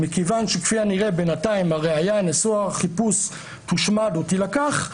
מכיוון שכפי הנראה בינתיים הראיה נשוא החיפוש תושמד או תילקח,